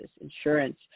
insurance